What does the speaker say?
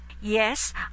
Yes